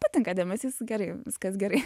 patinka dėmesys gerai viskas gerai